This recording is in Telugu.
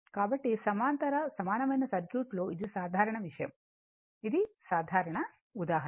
కాబట్టి సమాంతర సమానమైన సర్క్యూట్ లో ఇది సాధారణ విషయం ఇది సాధారణ ఉదాహరణ